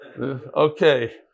Okay